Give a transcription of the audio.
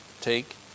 take